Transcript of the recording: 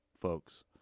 folks